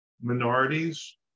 minorities